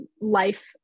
life